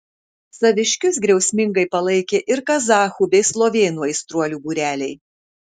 saviškius griausmingai palaikė ir kazachų bei slovėnų aistruolių būreliai